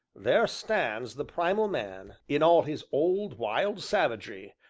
there stands the primal man in all his old, wild savagery,